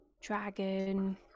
dragon